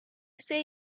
say